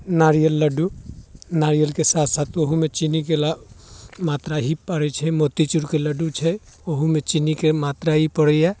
नारियल लड्डू नारियलके साथ साथ ओहूमे चीनीके लऽ मात्रा ही पड़ैत छै मोतीचूरके लड्डू छै ओहूमे चीनीके मात्रा ही पड़ैया